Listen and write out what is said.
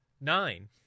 Nine